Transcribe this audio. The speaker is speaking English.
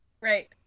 Right